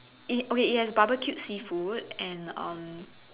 it okay it has barbecued seafood and um